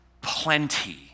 plenty